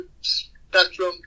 spectrum